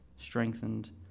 strengthened